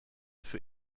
für